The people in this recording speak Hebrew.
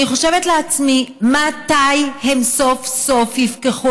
אני חושבת לעצמי: מתי הם סוף-סוף יפקחו